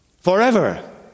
Forever